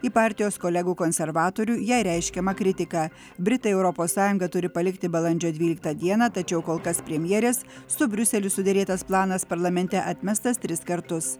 į partijos kolegų konservatorių jai reiškiamą kritiką britai europos sąjungą turi palikti balandžio dvyliktą dieną tačiau kol kas premjerės su briuseliu suderėtas planas parlamente atmestas tris kartus